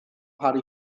parry